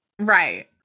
Right